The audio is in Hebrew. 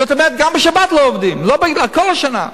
זאת אומרת, גם בשבת לא עובדים, לא בגלל, כל השנה.